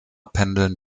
pendeln